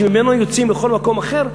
שממנו יוצאים לכל מקום אחר,